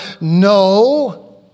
No